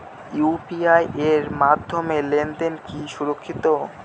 UPI এর মাধ্যমে লেনদেন কি সুরক্ষিত?